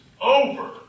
over